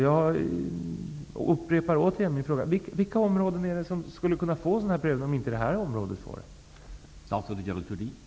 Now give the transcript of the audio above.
Jag återupprepar ännu en gång min fråga: Vilka områden är det som skulle kunna bli föremål för en sådan här prövning om inte det här aktuella området blir det?